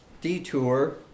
detour